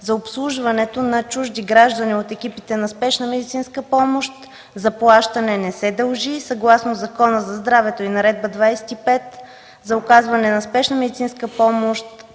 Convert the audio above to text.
За обслужването на чужди граждани от екипите на Спешна медицинска помощ заплащане не се дължи. Съгласно Закона за здравето и Наредба № 25 за оказване на спешна медицинска помощ,